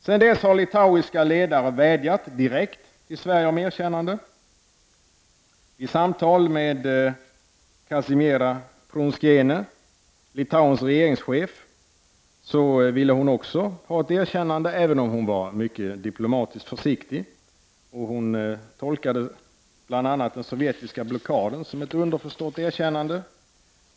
Sedan dess har litauiska ledare vädjat direkt till Sverige om erkännande. Vid samtal med Kazimiera Prunskiene, Litauens regeringschef, framförde hon att hon också ville ha ett erkännande, även om hon var mycket diplomatiskt försiktig. Hon tolkade bl.a. den sovjetiska blockaden som ett underförstått erkännande.